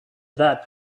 that